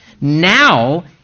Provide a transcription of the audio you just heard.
Now